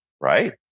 right